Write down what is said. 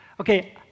Okay